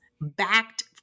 backed